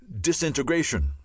disintegration